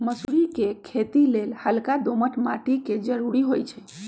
मसुरी कें खेति लेल हल्का दोमट माटी के जरूरी होइ छइ